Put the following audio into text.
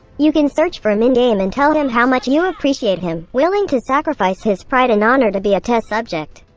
you can search for him in-game and tell him how much you appreciate him, willing to sacrifice his pride and honor to be a test subject.